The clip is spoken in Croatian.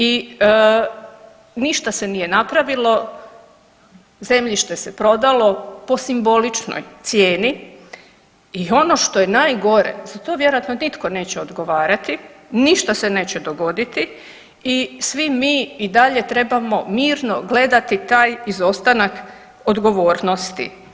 I ništa se nije napravilo, zemljište se prodalo po simboličnoj cijeni i ono što je najgore za to vjerojatno nitko neće odgovarati, ništa se neće dogoditi i svi mi i dalje trebamo mirno gledati taj izostanak odgovornosti.